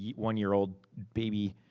yeah one-year old baby,